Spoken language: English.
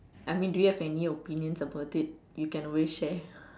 I mean do you have opinions about it you can always share